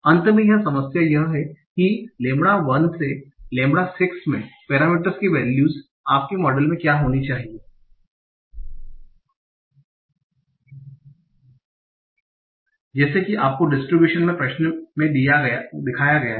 अंत में समस्या यह है कि लैम्ब्डा 1 से लैम्बडा 6 में पैरामीटरस की वैल्यूस आपके मॉडल में क्या होनी चाहिए जैसे कि आपको डिस्ट्रिब्यूशन में प्रश्न में दिखाया गया है